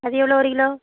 அது எவ்வளோ ஒரு கிலோ